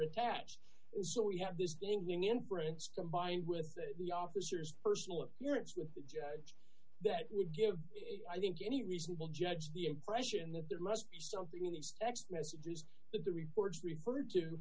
attached so we have this going in the inference combined with the officers personal experience with the judge that would give i think any reasonable judge the impression that there must be something in these text messages that the reports refer